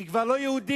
היא כבר לא יהודית.